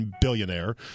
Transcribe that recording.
billionaire